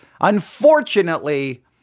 unfortunately